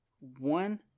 one